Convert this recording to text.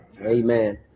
Amen